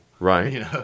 Right